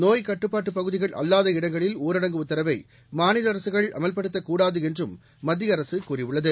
நோய்க் கட்டுப்பாட்டு பகுதிகள் அல்லாத இடங்களில் ஊரடங்கு உத்தரவை மாநில அரசுகள் அமல்படுத்தக்கூடாது என்றும் மத்திய அரசு கூறியுள்ளது